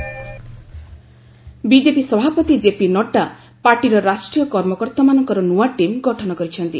BJP new team BJP ସଭାପତି JP Nadda ପାର୍ଟିର ରାଷ୍ଟ୍ରୀୟ କର୍ମକର୍ତ୍ତାମାନଙ୍କର ନୂଆ ଟିମ୍ ଗଠନ କରିଛନ୍ତି